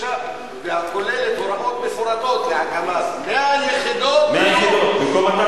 והכוללת הוראות מפורטות להקמת 100 יחידות דיור.